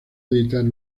editar